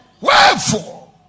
wherefore